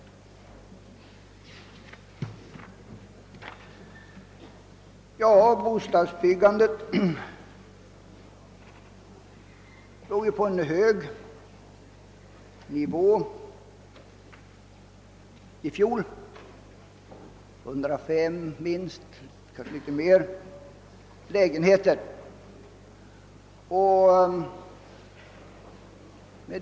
Bostadsbyggandet stod ju på en hög nivå i fjol; man producerade minst 105 000 lägenheter och kanske litet mer.